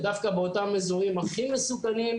ודווקא באותם אזורים הכי מסוכנים,